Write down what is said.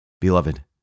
Beloved